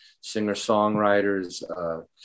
singer-songwriters